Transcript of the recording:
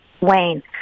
Wayne